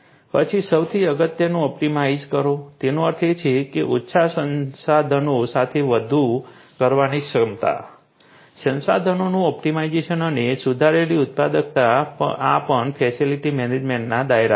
પછી સૌથી અગત્યનું ઑપ્ટિમાઇઝ કરો તેનો અર્થ એ છે કે ઓછા સંસાધનો સાથે વધુ કરવાની ક્ષમતા સંસાધનોનું ઑપ્ટિમાઇઝેશન અને સુધારેલી ઉત્પાદકતા આ પણ ફેસિલિટી મેનેજમેન્ટના દાયરામાં છે